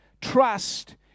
trust